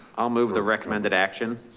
i'll move the recommended action.